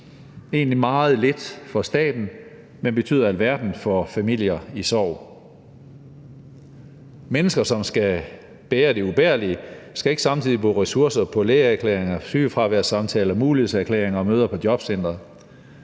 betyder egentlig meget lidt for staten, men betyder alverden for familier i sorg. Mennesker, som skal bære det ubærlige, skal ikke samtidig bruge ressourcer på lægeerklæringer, sygefraværssamtaler, mulighedserklæringer og møder på jobcenteret.